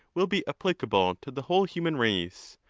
will be applicable to the whole human race.